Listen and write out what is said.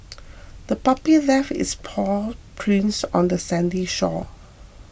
the puppy left its paw prints on the sandy shore